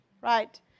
right